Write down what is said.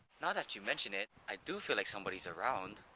now that you mention it, i do feel like somebody's around.